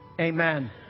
amen